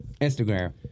Instagram